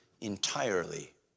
entirely